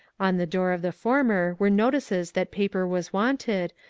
on the door of the former were notices that paper was wanted,